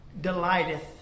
delighteth